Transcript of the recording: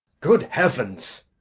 good heavens!